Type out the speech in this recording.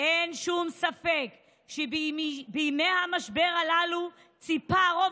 "אין שום ספק שבימי המשבר הללו ציפה הרוב